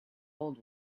old